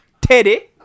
Teddy